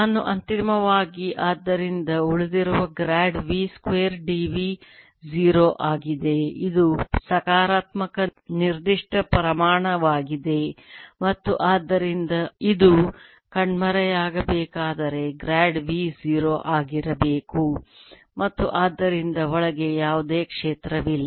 ನಾನು ಅಂತಿಮವಾಗಿ ಆದ್ದರಿಂದ ಉಳಿದಿರುವುದು ಗ್ರಾಡ್ v ಸ್ಕ್ವೇರ್ dv 0 ಆಗಿದೆ ಇದು ಸಕಾರಾತ್ಮಕ ನಿರ್ದಿಷ್ಟ ಪ್ರಮಾಣವಾಗಿದೆ ಮತ್ತು ಆದ್ದರಿಂದ ಇದು ಕಣ್ಮರೆಯಾಗಬೇಕಾದರೆ ಗ್ರಾಡ್ v 0 ಆಗಿರಬೇಕು ಮತ್ತು ಆದ್ದರಿಂದ ಒಳಗೆ ಯಾವುದೇ ಕ್ಷೇತ್ರವಿಲ್ಲ